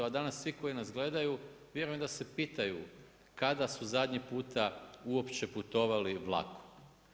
A danas svi koji nas gledaju, vjerujem da se pitanju, kada su zadnji puta uopće putovali vlakom.